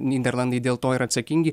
nyderlandai dėl to ir atsakingi